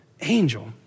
angel